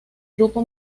grupo